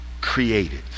created